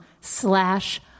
slash